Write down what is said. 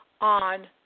on